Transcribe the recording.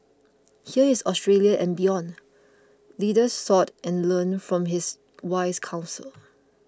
here is Australia and beyond leaders sought and learned from his wise counsel